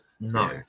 No